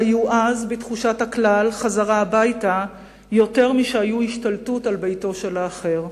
שהיו אז בתחושת הכלל חזרה הביתה יותר משהיו השתלטות על ביתו של אחר.